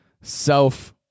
self-